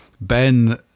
Ben